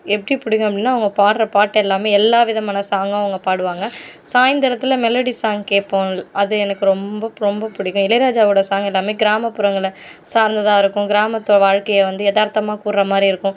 எப்படி பிடிக்கும் அப்படின்னா அவங்க பாடுற பாட்டு எல்லாமே எல்லா விதமான சாங்கும் அவங்க பாடுவாங்கள் சாய்ந்தரத்தில் மெலடி சாங் கேட்போம் அது எனக்கு ரொம்ப ரொம்ப பிடிக்கும் இளையராஜாவோடய சாங் எல்லாமே கிராமப்புறங்களில் சார்ந்ததாக இருக்கும் கிராமத்து வாழ்க்கையை வந்து எதார்த்தமாக கூர்கிற மாதிரி இருக்கும்